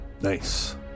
Nice